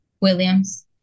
Williams